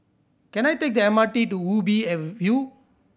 can I take the M R T to Ubi View